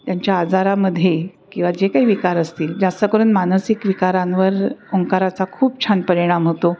त्यांच्या आजारामध्ये किंवा जे काही विकार असतील जास्तकरून मानसिक विकारांवर ओंकाराचा खूप छान परिणाम होतो